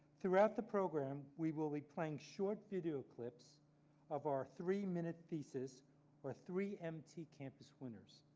throughout the program, we will be playing short video clips of our three minute thesis or three mt campus winners.